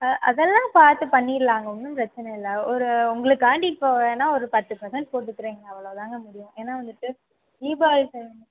அதெல்லாம் பார்த்து பண்ணிரலாங்க ஒன்றும் பிரச்சனை இல்லை ஒரு உங்களுக்காண்டி இப்போ வேணா ஒரு பத்து பர்சன்ட் போட்டுக்கறேங்க அவ்வளோதாங்க முடியும் ஏன்னா வந்துட்டு தீபாவளி டைம்